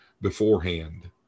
beforehand